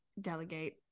delegate